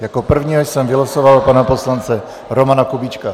Jako prvního jsem vylosoval pana poslance Romana Kubíčka.